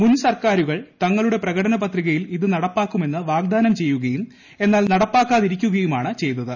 മുൻ സർക്കാരുകൾ തങ്ങളുടെ പ്രകടന പത്രികയിൽ ഇത് നടപ്പാക്കുമെന്നു വാഗ്ദാനം ചെയ്യുകയും എന്നാൽ നടപ്പാക്കാതിരിക്കുകയുമാണ് ചെയ്തത്